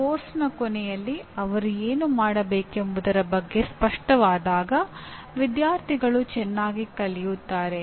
ಪಠ್ಯಕ್ರಮದ ಕೊನೆಯಲ್ಲಿ ಅವರು ಏನು ಮಾಡಬೇಕೆಂಬುದರ ಬಗ್ಗೆ ಸ್ಪಷ್ಟವಾದಾಗ ವಿದ್ಯಾರ್ಥಿಗಳು ಚೆನ್ನಾಗಿ ಕಲಿಯುತ್ತಾರೆ